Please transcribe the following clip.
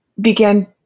began